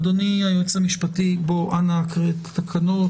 אדוני היועץ המשפטי, אנא הקרא את התקנות.